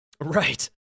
Right